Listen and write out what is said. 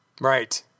Right